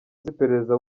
z’iperereza